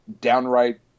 downright